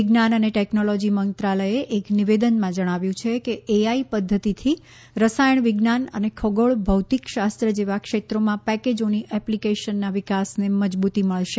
વિજ્ઞાન અને ટેક્નોલોજી મંત્રાલયે એક નિવેદનમાં જણાવ્યું છે કે એઆઇ પધ્ધતિથી રસાયણ વિજ્ઞાન અને ખગોળ ભૌતિક શાસ્ત્ર જેવા ક્ષેત્રોમાં પેકેજોની એપ્લિકેશનના વિકાસને મજબૂતી મળશે